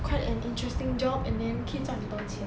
quite an interesting job and then 可以教的东西